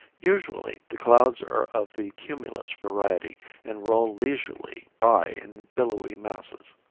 usually the clouds are of the cumulus variety and roll leisurely by in billowy masses.